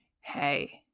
hey